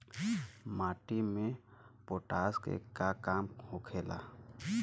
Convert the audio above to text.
माटी में पोटाश के का काम होखेला?